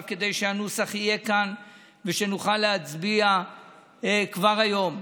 כדי שהנוסח יהיה כאן ושנוכל להצביע כבר היום.